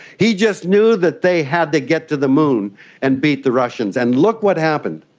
he just knew that they had to get to the moon and beat the russians. and look what happened.